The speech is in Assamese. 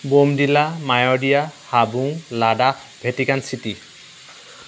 বমদিলা মায়'দিয়া হাবুং লাডাখ ভেটিকানচিটি